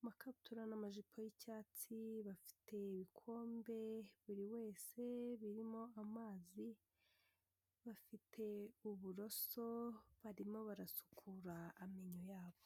amakabutura n'amajipo y'icyatsi, bafite ibikombe buri wese birimo amazi, bafite uburoso, barimo barasukura amenyo yabo.